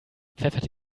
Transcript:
pfeffert